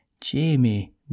Jamie